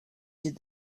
did